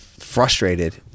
frustrated